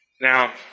Now